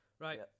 Right